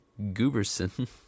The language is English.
Gooberson